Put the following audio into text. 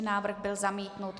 Návrh byl zamítnut.